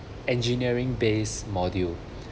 engineering based module